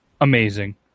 Amazing